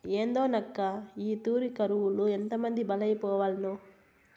ఏందోనక్కా, ఈ తూరి కరువులో ఎంతమంది బలైపోవాల్నో